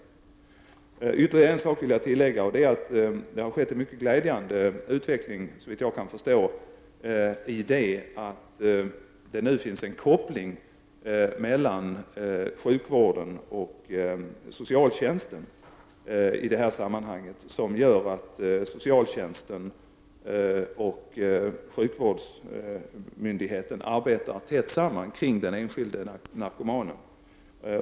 Jag vill tillägga att det såvitt jag kan förstå i detta sammanhang har skett en mycket glädjande utveckling på så sätt att det nu finns en koppling mellan sjukvården och socialtjänsten, en koppling som gör att socialtjänsten och sjukvårdsmyndigheten arbetar tätt samman kring den enskilde narkomanen.